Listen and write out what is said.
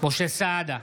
משה סעדה,